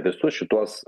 visus šituos